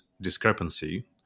discrepancy